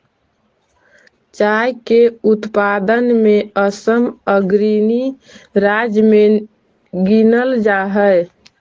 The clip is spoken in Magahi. चाय के उत्पादन में असम अग्रणी राज्य में गिनल जा हई